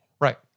Right